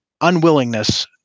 unwillingness